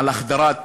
על החדרת